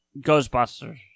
Ghostbusters